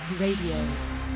Radio